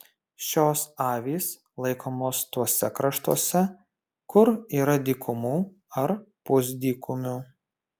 šios avys laikomos tuose kraštuose kur yra dykumų ar pusdykumių